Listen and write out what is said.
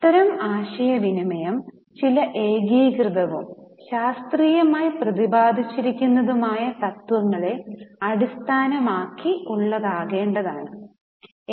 അത്തരം ആശയവിനിമയം ചില ഏകീകൃതവും ശാസ്ത്രീയമായി പ്രതിപാദിച്ചിരിക്കുന്നതുമായ തത്വങ്ങളെ അടിസ്ഥാനമാക്കിയുള്ളതാകേണ്ടത് വളരെ ആവശ്യമാണ്